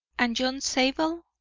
and john zabel,